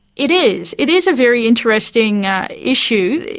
it is, it is a very interesting issue.